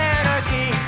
anarchy